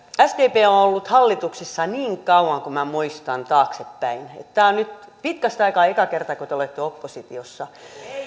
sdp on ollut hallituksessa niin kauan kuin minä muistan taaksepäin ja tämä on nyt pitkästä aikaa eka kerta kun te olette oppositiossa